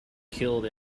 killed